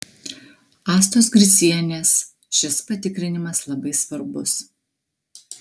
astos gricienės šis patikrinimas labai svarbus